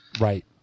Right